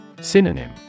Synonym